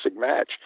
match